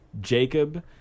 Jacob